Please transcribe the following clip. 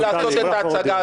בואו נחזור לדיון,